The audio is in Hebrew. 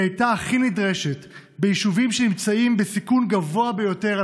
הייתה הכי נדרשת: ביישובים שנמצאים בסיכון גבוה ביותר,